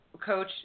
coach